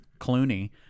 Clooney